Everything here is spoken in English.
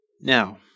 Now